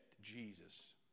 Jesus